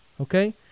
okay